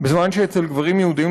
בזמן שאצל גברים יהודים,